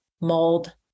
mold